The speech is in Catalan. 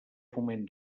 foment